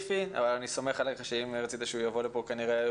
ואני סומך עליך שאם רצית שהוא יבוא לפה הוא כנראה